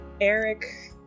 Eric